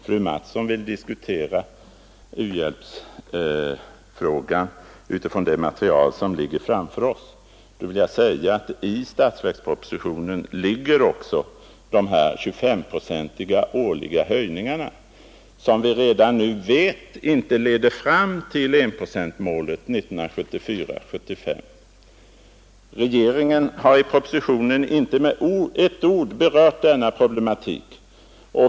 Fru talman! Fröken Mattson vill diskutera u-hjälpsfrågan utifrån det material som ligger framför oss. Då vill jag säga att det man i statsverkspropositionen omnämner och utgår ifrån är de 25-procentiga årliga höjningarna, som vi redan nu vet inte leder fram till enprocentsmålet 1974/75. Men regeringen har i propositionen inte med ett enda ord berört denna problematik.